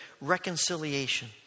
reconciliation